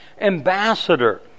ambassador